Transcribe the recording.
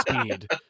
Speed